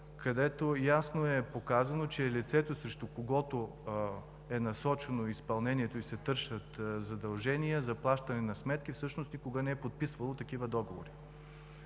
където ясно е показано, че лицето, срещу което е насочено изпълнението и се търсят задължения за плащане на сметки, всъщност никога не е подписвало такива договори.